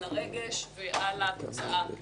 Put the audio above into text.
על הרגש ועל התוצאה.